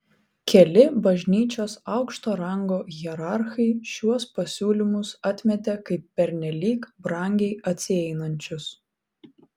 keli bažnyčios aukšto rango hierarchai šiuos pasiūlymus atmetė kaip pernelyg brangiai atsieinančius